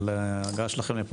על ההגעה שלכם לפה.